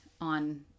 on